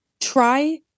try